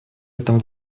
этом